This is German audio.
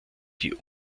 die